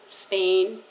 spain